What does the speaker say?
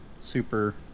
super